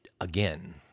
again